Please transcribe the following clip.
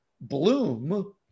Bloom